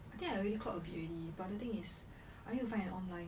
I think I already clock a bit already but the thing is I need to find an online